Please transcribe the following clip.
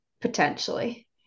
potentially